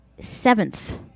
seventh